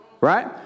Right